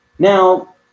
Now